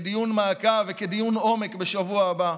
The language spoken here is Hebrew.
כדיון מעקב וכדיון עומק בשבוע הבא,